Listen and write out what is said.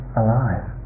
alive